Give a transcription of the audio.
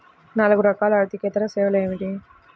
నాలుగు రకాల ఆర్థికేతర సేవలు ఏమిటీ?